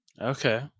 okay